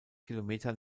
kilometer